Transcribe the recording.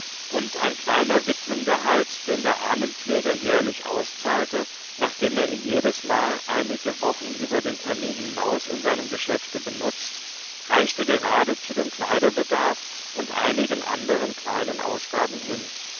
und ein kleiner witwengehalt den der armenpfleger jährlich auszahlte nachdem er ihn jedesmal einige wochen über den termin hinaus in seinem geschäfte benutzt reichte gerade zu dem kleiderbedarf und einigen anderen kleinen ausgaben hin